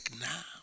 now